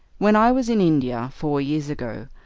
when i was in india, four years ago,